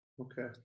Okay